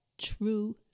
true